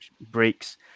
breaks